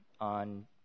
on